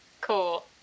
Cool